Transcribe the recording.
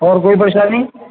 اور کوئی پریشانی